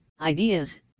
ideas